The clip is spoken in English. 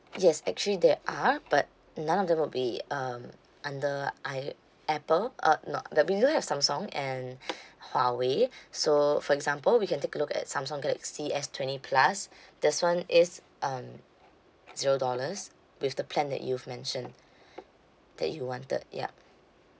yes actually they are but none of them would be um under i~ apple uh no that we do have samsung and huawei so for example we can take a look at samsung galaxy S twenty plus this [one] is um zero dollars with the plan that you've mentioned that you wanted yup